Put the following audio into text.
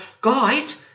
guys